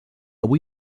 avui